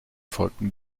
folgten